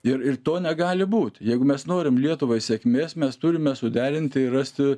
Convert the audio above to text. ir ir to negali būt jeigu mes norim lietuvai sėkmės mes turime suderinti ir rasti